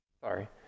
Sorry